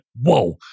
whoa